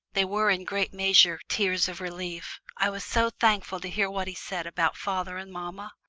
they were in great measure tears of relief i was so thankful to hear what he said about father and mamma.